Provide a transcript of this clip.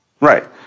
Right